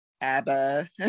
ABBA